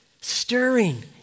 stirring